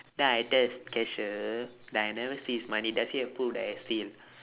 then I tell this cashier that I never see his money does he have proof that I steal